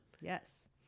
Yes